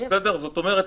זאת אומרת,